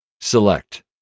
Select